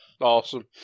Awesome